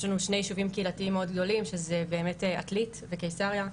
יש לנו שני יישובים קהילתיים מאוד גדולים שזה באמת עתלית וקיסריה,